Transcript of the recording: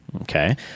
okay